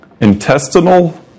intestinal